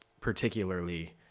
particularly